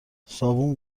صابون